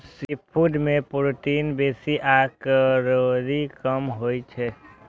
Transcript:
seafood मे protein बेसी आ कैलोरी कम होइ छै